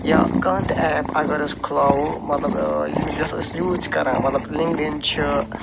یا کانٛہہ تہِ ایپ اَگر أسۍ کھُلاوو مطلب یۄس أسۍ یوٗز چھِ کران مطلب لِنٛکٕڈ اِن چھِ